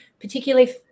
particularly